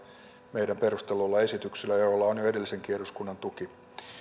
meidän perustelluilla esityksillä joilla on jo edellisenkin eduskunnan tuki mutta